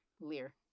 Lear